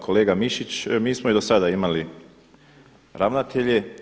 Kolega Mišić, mi smo i do sada imali ravnatelje.